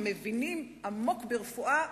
המבינים עמוק ברפואה,